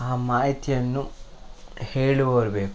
ಆ ಮಾಹಿತಿಯನ್ನು ಹೇಳುವವರು ಬೇಕು